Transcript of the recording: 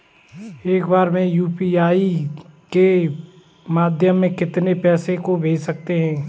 एक बार में यू.पी.आई के माध्यम से कितने पैसे को भेज सकते हैं?